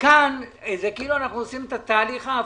כאן זה כאילו אנחנו עושים תהליך הפוך.